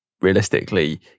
realistically